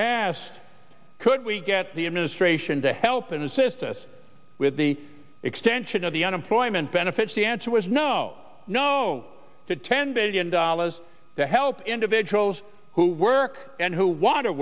asked could we get the administration to help and assist us with the extension of the unemployment benefits the answer was no no to ten billion dollars to help individuals who work and who wa